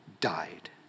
died